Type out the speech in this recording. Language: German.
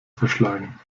verschlagen